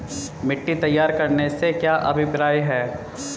मिट्टी तैयार करने से क्या अभिप्राय है?